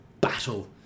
battle